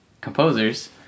composers